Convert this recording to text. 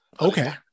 Okay